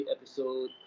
episode